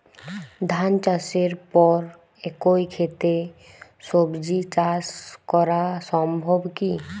ধান চাষের পর একই ক্ষেতে সবজি চাষ করা সম্ভব কি?